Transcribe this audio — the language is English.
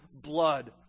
blood